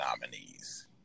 nominees